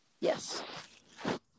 Yes